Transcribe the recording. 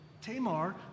Tamar